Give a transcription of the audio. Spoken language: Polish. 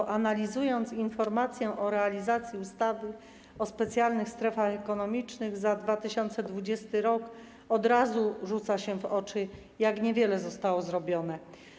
Podczas analizy informacji o realizacji ustawy o specjalnych strefach ekonomicznych za 2020 r. od razu rzuca się w oczy, jak niewiele zostało zrobione.